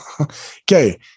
Okay